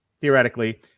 Theoretically